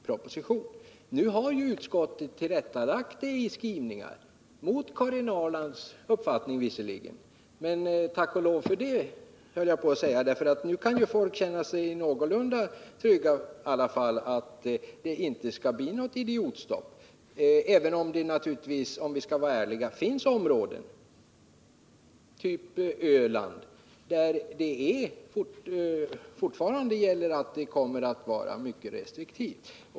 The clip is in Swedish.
Nu har utskottet i sina skrivningar gjort tillrättalägganden, som visserligen går emot Karin Ahrlands uppfattning, men jag vill ändå säga: Tack och lov för det! Nu kan folk i alla fall känna sig någorlunda trygga för att det inte skall bli något idiotstopp, även om det naturligtvis, om vi skall vara ärliga, måste erkännas att det finns områden av typen Öland, där vi fortfarande måste vara mycket restriktiva.